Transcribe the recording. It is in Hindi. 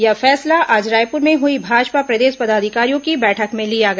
यह फैसला आज रायपुर में हुई भाजपा प्रदेश पदाधिकारियों की बैठक में लिया गया